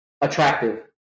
attractive